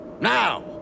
Now